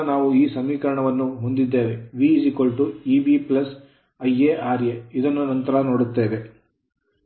ನಂತರ ನಾವು ಈ ಸಮೀಕರಣವನ್ನು ಹೊಂದಿದ್ದೇವೆ V Eb Iara ಇದನ್ನು ನಂತರ ನೋಡುತ್ತೇವೆ